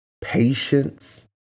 patience